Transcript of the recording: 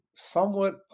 somewhat